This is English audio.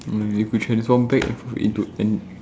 if you transform back into an